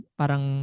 parang